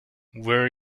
were